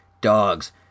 dogs